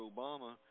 Obama